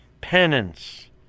penance